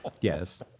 Yes